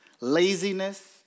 laziness